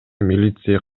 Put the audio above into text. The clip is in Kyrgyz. милиция